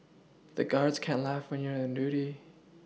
the guards can't laugh when you are on duty